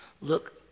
Look